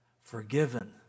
forgiven